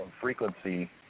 frequency